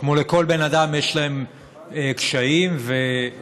כמו לכל בן אדם יש להם קשיים ומגבלות,